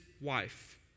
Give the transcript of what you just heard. wife